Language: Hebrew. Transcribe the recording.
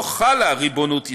לא חלה ריבונות ישראלית.